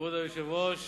כבוד היושב-ראש,